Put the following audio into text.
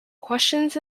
questions